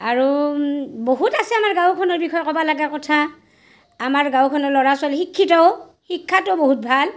আৰু বহুত আছে আমাৰ গাঁওখনৰ বিষয়ে ক'ব লগা কথা আমাৰ গাঁওখনৰ ল'ৰা ছোৱালী শিক্ষিতও শিক্ষাতো বহুত ভাল